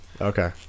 okay